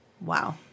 wow